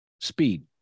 speed